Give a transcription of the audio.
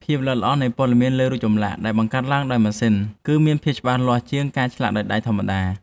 ភាពល្អិតល្អន់នៃព័ត៌មានលើរូបចម្លាក់ដែលបង្កើតដោយម៉ាស៊ីន គឺមានភាពច្បាស់លាស់ជាងការឆ្លាក់ដោយដៃធម្មតា។